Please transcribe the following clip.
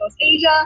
Asia